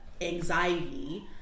anxiety